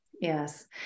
yes